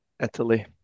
Italy